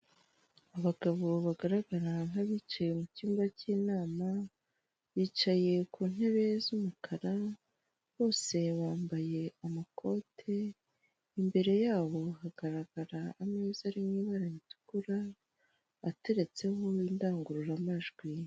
Abagabo bagaragara nk'abicaye mu cyumba cy'inama, bicaye ku ntebe z'umukara bose bambaye amakote, imbere yabo hagaragara ameza ari mu ibara ritukura, ateretseho indangururamajwi.